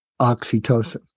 oxytocin